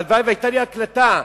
הלוואי שהיתה לי הקלטה,